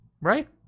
Right